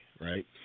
right